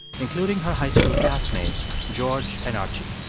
including her high school classmates george and archie.